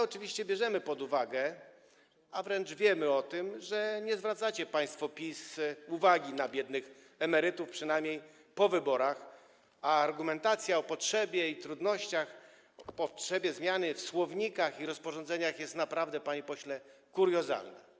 Oczywiście bierzemy to pod uwagę, a wręcz wiemy o tym, że państwo PiS nie zwracacie uwagi na biednych emerytów, przynajmniej po wyborach, a argumentacja o potrzebie i trudnościach, potrzebie zmiany w słownikach i rozporządzeniach, jest naprawdę, panie pośle, kuriozalna.